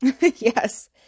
Yes